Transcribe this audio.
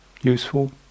useful